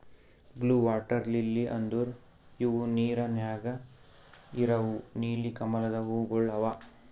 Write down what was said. blue water lily ಅಂದುರ್ ಇವು ನೀರ ನ್ಯಾಗ ಇರವು ನೀಲಿ ಕಮಲದ ಹೂವುಗೊಳ್ ಅವಾ